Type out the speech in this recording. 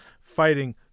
fighting